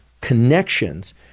connections